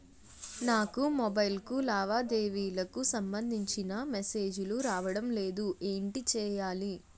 నాకు మొబైల్ కు లావాదేవీలకు సంబందించిన మేసేజిలు రావడం లేదు ఏంటి చేయాలి?